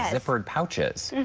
yeah different pouches.